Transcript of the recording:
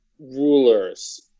rulers